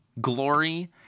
glory